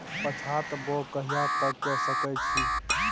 पछात बौग कहिया तक के सकै छी?